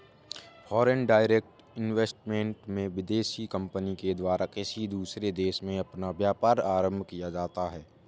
foreign direct investment में विदेशी company के द्वारा किसी दूसरे देश में अपना व्यापार आरंभ किया जाता है